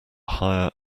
hire